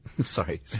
Sorry